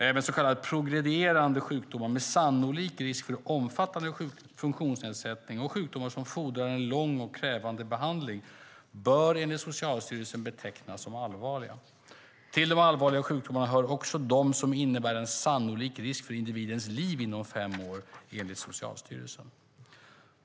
Även så kallade progredierande sjukdomar med sannolik risk för omfattande funktionsnedsättning och sjukdomar som fordrar en lång och krävande behandling bör, enligt Socialstyrelsen, betecknas som allvarliga. Till de allvarliga sjukdomarna hör också de som innebär en sannolik risk för individens liv inom fem år, enligt Socialstyrelsen.